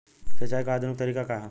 सिंचाई क आधुनिक तरीका का ह?